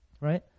right